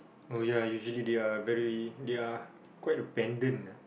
oh ya usually they are very they are quite abandoned ah